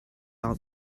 all